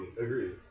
agree